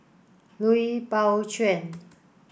Lui Pao Chuen